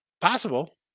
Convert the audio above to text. Possible